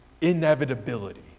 inevitability